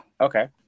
Okay